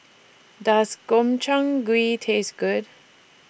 Does Gobchang Gui Taste Good